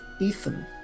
Ethan